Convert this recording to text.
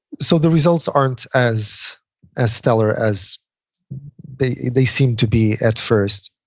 so the results aren't as as stellar as they they seemed to be at first